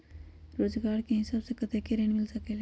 रोजगार के हिसाब से कतेक ऋण मिल सकेलि?